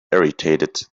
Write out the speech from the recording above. irritated